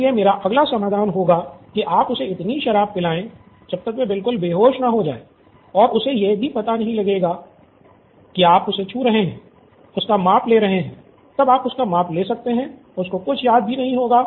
इसलिए मेरा अगला समाधान होगा कि आप उसे इतनी शराब पिलाएं की जब तक वह बिल्कुल बेहोश न हो जाए और उसे यह भी पता नहीं लगेगा कि आप उसे छू रहे हैं उसका नाप ले रहे हैं तब आप उसका माप ले सकते हैं उसको कुछ याद भी नहीं रहेगा